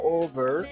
over